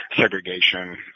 segregation